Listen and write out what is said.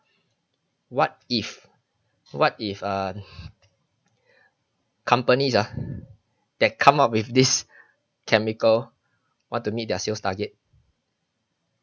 what if what if um companies ah that come up with this chemical want to meet their sales target